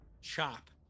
chop